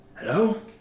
Hello